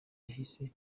yahise